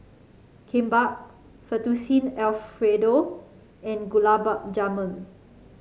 Kimbap Fettuccine Alfredo and Gulab Jamun